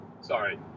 Sorry